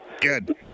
Good